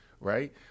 Right